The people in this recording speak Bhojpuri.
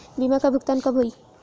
बीमा का भुगतान कब होइ?